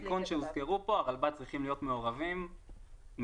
גם במוקדי סיכון שהוזכרו פה הרלב"ד צריכים להיות מעורבים מאוד.